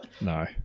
no